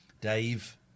Dave